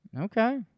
Okay